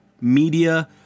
media